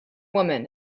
woman